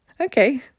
okay